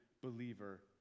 believer